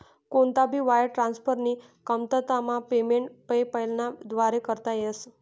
कोणता भी वायर ट्रान्सफरनी कमतरतामा पेमेंट पेपैलना व्दारे करता येस